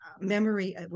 memory